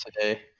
today